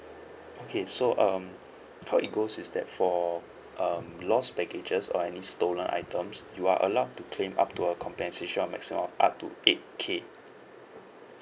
okay so um how it goes is that for um lost baggages or any stolen items you are allowed to claim up to a compensation on maximum of up to eight K